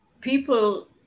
people